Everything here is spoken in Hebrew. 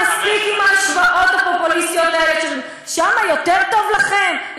מספיק עם ההשוואות הפופוליסטיות האלה של: שם יותר טוב לכם?